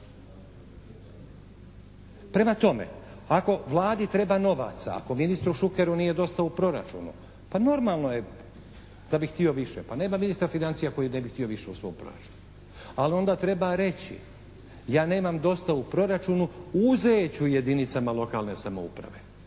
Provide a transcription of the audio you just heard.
Prema tome ako Vladi treba novaca, ako ministru Šukeru nije dosta u proračunu pa normalno je da bi htio više. Pa nema ministra financija koji ne bi htio više u svom proračunu. Ali onda treba reći: ja nemam dosta u proračunu, uzet ću jedinicama lokalne samouprave.